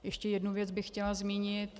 Ještě jednu věc bych chtěla zmínit.